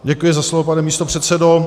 Děkuji za slovo, pane místopředsedo.